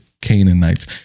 canaanites